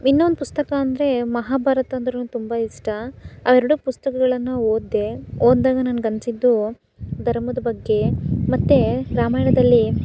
ಇನ್ನೊಂದು ಪುಸ್ತಕ ಅಂದರೆ ಮಹಾಭಾರತ ಅಂದ್ರು ತುಂಬ ಇಷ್ಟ ಆ ಎರಡು ಪುಸ್ತಕಗಳನ್ನು ಓದಿದೆ ಓದಿದಾಗ ನನಗ್ ಅನಿಸಿದ್ದು ಧರ್ಮದ ಬಗ್ಗೆ ಮತ್ತೆ ರಾಮಾಯಣದಲ್ಲಿ